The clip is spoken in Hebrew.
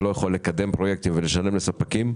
לא יכול לקדם פרויקטים ולשלם לספקים,